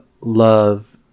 love